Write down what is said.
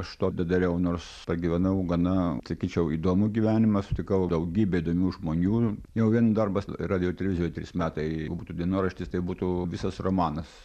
aš to nedariau nors pragyvenau gana sakyčiau įdomų gyvenimą sutikau daugybę įdomių žmonių jau vien darbas radijuj ir televizijoj trys metai jeigu būtų dienoraštis tai būtų visas romanas